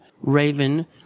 Raven